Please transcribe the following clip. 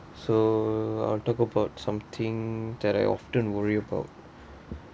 so I'll talk about something that I often worry about